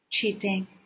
cheating